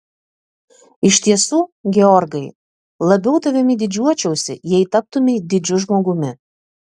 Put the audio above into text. iš tiesų georgai labiau tavimi didžiuočiausi jei taptumei didžiu žmogumi